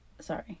Sorry